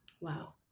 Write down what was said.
Wow